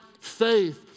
faith